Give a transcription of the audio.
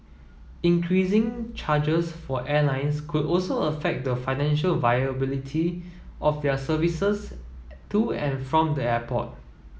increasing charges for airlines could also affect the financial viability of their services to and from the airport